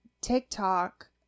TikTok